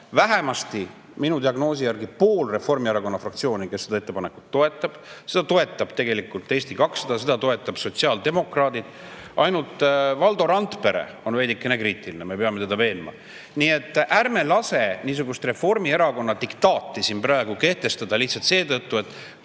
vähemasti, minu diagnoosi järgi, pool Reformierakonna fraktsiooni, kes seda ettepanekut toetab. Seda tegelikult toetab Eesti 200, seda toetavad sotsiaaldemokraadid. Ainult Valdo Randpere on veidikene kriitiline, me peame teda veenma. Nii et ärme lase niisugust Reformierakonna diktaati siin praegu kehtestada lihtsalt seetõttu, et